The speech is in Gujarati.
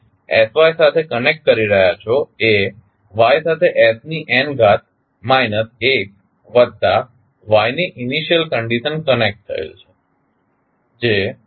તમે sy સાથે કનેક્ટ કરી રહ્યાં છો એ y સાથે s ની n ઘાત માઇનસ 1 વત્તા y ની ઇનિશિયલ કંડિશન કનેક્ટ થયેલ છે જે y t0 ના છેદમાં s છે